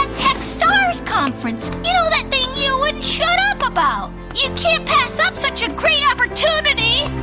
tech stars conference? you know that thing you wouldn't shut up about. you can't pass up such a great opportunity.